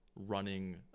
running